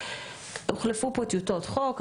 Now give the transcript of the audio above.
הוחלפו פה טיוטות חוק,